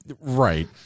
right